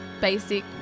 basic